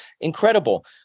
incredible